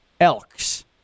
Elks